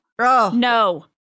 No